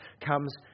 comes